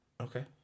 Okay